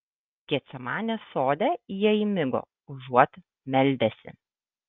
getsemanės sode jie įmigo užuot meldęsi